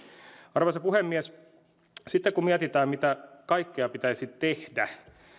arvoisa puhemies sitten kun mietitään mitä kaikkea pitäisi tehdä